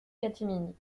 catimini